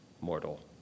mortal